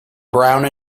brown